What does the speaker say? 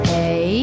Hey